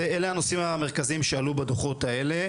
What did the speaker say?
אלה הנושאים המרכזיים שעלו בדוחות האלה.